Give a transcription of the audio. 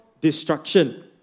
destruction